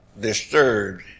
disturbed